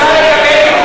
יש בקשה,